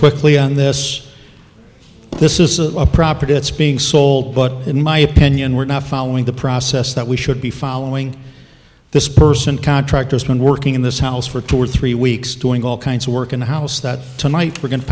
quickly on this this is a property that's being sold but in my opinion we're not following the process that we should be following this person contractor's been working in this house for two or three weeks doing all kinds of work in the house that tonight we're going to